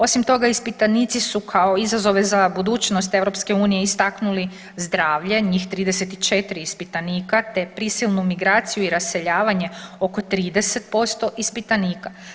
Osim toga ispitanici su kao izazove za budućnost EU istaknuli zdravlje, njih 34 ispitanika, te prisilnu migraciju i raseljavanje oko 30% ispitanika.